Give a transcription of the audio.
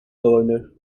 governor